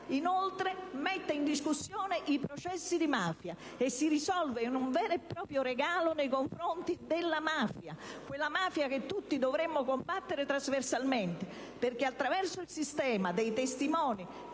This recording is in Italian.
Inoltre, mette in discussione i processi di mafia e si risolve in un vero e proprio regalo nei confronti della mafia, quella mafia che tutti dovremmo combattere trasversalmente: attraverso il sistema dei testimoni